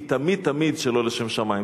היא תמיד תמיד שלא לשם שמים.